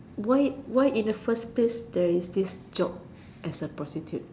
why why in the first place there is this job as a prostitute